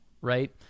right